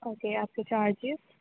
okay آپ کے charges